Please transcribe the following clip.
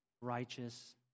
righteous